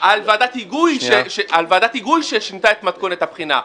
על ועדת היגוי ששינתה את מתכונת הבחינה.